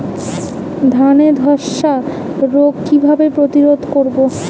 ধানে ধ্বসা রোগ কিভাবে প্রতিরোধ করব?